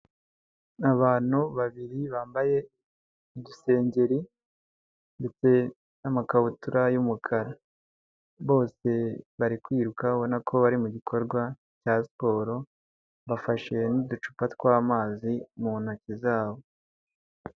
Abantu babiri bambaye udusengeri ndetse n'amakabutura y'umukara, bose bari kwiruka abona ko bari mu gikorwa cya siporo, bafasheshi n'uducupa tw'amazi mu ntoki zabo.